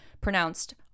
pronounced